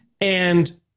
And-